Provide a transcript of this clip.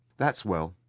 that's well.